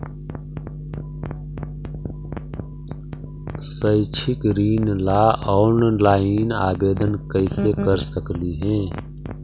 शैक्षिक ऋण ला ऑनलाइन आवेदन कैसे कर सकली हे?